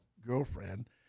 girlfriend